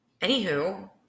Anywho